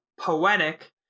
poetic